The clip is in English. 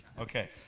Okay